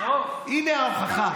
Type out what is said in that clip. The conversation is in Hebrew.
הינה ההוכחה.